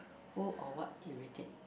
old or what irritate